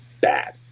bad